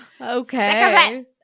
Okay